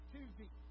Tuesday